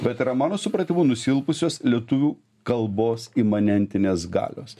bet yra mano supratimu nusilpusios lietuvių kalbos imanentinės galios